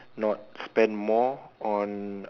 not spend more on